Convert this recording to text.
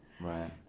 Right